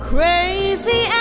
Crazy